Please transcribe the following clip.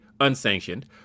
unsanctioned